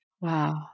Wow